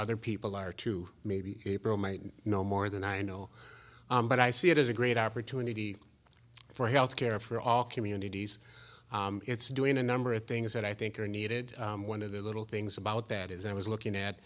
other people are to maybe no more than i know but i see it as a great opportunity for health care for all communities it's doing a number of things that i think are needed one of the little things about that is i was looking at